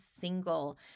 single